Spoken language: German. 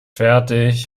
fertig